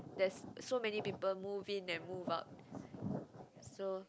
there's so many people move in and move out so